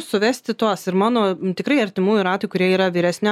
suvesti tuos ir mano tikrai artimųjų ratui kurie yra vyresnio